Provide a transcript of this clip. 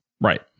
Right